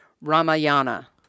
Ramayana